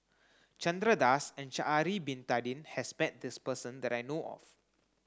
Chandra Das and Sha'ari bin Tadin has bet this person that I know of